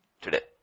today